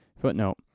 footnote